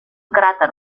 cràter